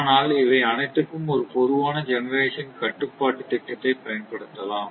ஆனால் இவை அனைத்துக்கும் ஒரு பொதுவான ஜெனெரேஷன் கட்டுப்பாட்டுத் திட்டத்தைப் பயன்படுத்தலாம்